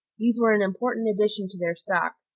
these were an important addition to their stock,